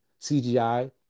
CGI